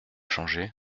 changé